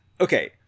okay